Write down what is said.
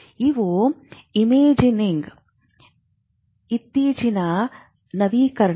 ಇವು ಇಮೇಜಿಂಗ್ನಲ್ಲಿ ಇತ್ತೀಚಿನ ನವೀಕರಣಗಳು